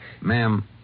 Ma'am